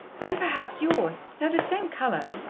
and perhaps yours they're the same colour.